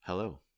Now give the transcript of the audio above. Hello